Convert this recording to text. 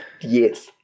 Yes